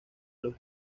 los